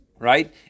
Right